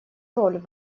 роль